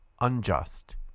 unjust